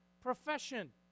profession